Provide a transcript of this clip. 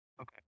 Okay